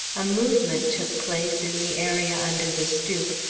a movement took place in the area under the stoop,